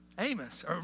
Amos